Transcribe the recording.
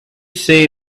say